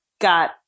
got